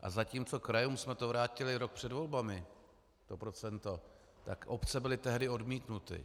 A zatímco krajům jsme to vrátili rok před volbami, to procento, tak obce byly tehdy odmítnuty.